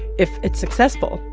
if it's successful,